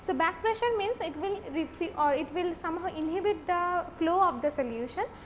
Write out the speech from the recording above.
so back pressure means i mean it will or it will somehow inhibit the flow of the solution.